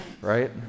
right